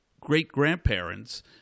great-grandparents